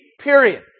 Period